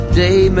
day